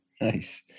Nice